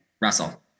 Russell